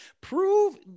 prove